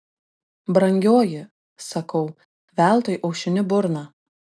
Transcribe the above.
brangioji sakau veltui aušini burną